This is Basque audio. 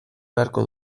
beharko